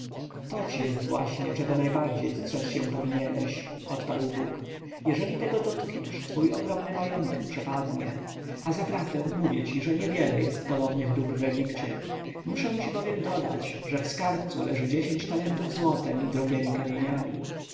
to jest właśnie czego najbardziej strzec się powinieneś odparł bóg jeżeli tego dotkniesz twój ogromny majątek przepadnie a zaprawdę mówię ci że niewiele jest podobnych dóbr w egipcie muszę ci bowiem dodać że w skarbcu leży dziesięć talentów złotem i drogiemi kamieniami